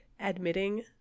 admitting